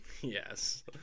yes